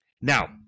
Now